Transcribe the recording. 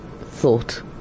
thought